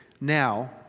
now